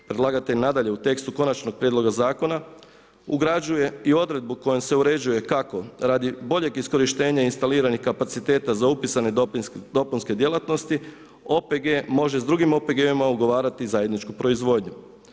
Predlagatelj nadalje u tekstu konačnog prijedloga zakona ugrađuje i odredbu kojom se uređuje kako radi bolje iskorištenja instaliranih kapaciteta za upisane dopunske djelatnosti, OPG može s drugim OPG-ima ugovarati zajedničku proizvodnju.